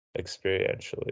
experientially